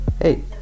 Hey